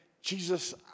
Jesus